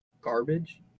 garbage